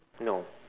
no